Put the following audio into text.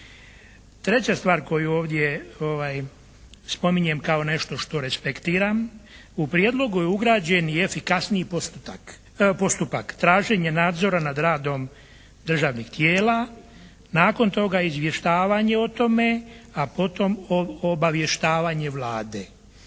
Treća stvar koju ovdje spominjem kao nešto što respektiram. U prijedlogu je ugrađen i efikasniji postotak, postupak traženja nadzora nad radom državnih tijela, nakon toga izvještavanje o tome, a potom obavještavanje Vlade.